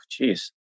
Jeez